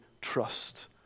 trust